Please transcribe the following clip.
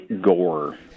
Gore